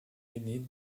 aîné